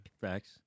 Facts